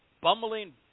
bumbling